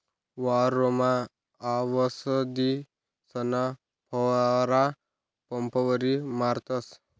वावरमा आवसदीसना फवारा पंपवरी मारतस